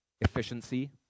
efficiency